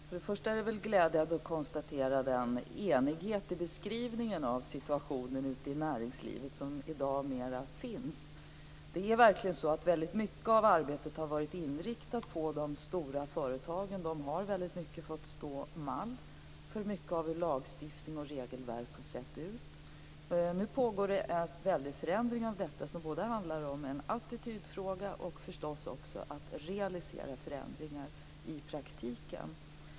Fru talman! Först och främst är det glädjande att konstatera den enighet i beskrivningen av situationen ute i näringslivet som i dag finns. Det är verkligen så att väldigt mycket av arbetet har varit inriktat på de stora företagen. De har i många avseenden fått stå modell för mycket av hur lagstiftning och regelverk har sett ut. Nu pågår det en väldig förändring av detta som handlar om både en attitydfråga och förstås också om att realisera förändringar i praktiken.